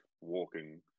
walking